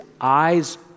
eyes